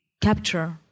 capture